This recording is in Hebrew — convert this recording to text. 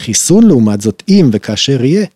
‫חיסון לעומת זאת אם וכאשר יהיה.